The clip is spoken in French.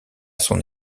son